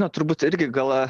na turbūt irgi gal